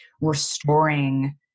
restoring